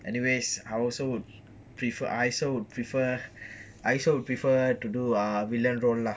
anyways I also would prefer I also would prefer I also would prefer to do ah villain role lah